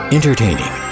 Entertaining